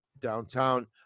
downtown